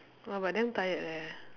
!wah! but damn tired eh